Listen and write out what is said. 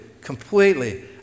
completely